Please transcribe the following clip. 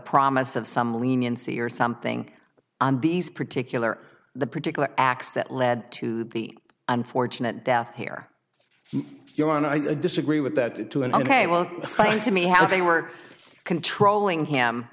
promise of some leniency or something and these particular the particular acts that led to the unfortunate death here your honor i disagree with that it too and a well to me how they were controlling him